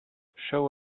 show